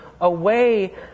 away